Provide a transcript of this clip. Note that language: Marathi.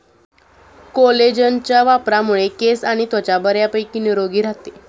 कोलेजनच्या वापरामुळे केस आणि त्वचा बऱ्यापैकी निरोगी राहते